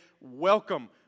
welcome